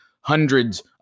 hundreds